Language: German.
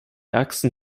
ärgsten